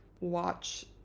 watch